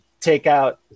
takeout